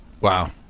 Wow